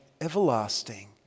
everlasting